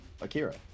Akira